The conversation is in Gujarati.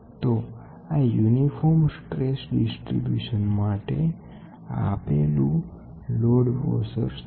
તો આ એક સમાન સ્ટ્રેસ વહેંચણી માટે આપેલું લોડ વોશર છે